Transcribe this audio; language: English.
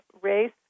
race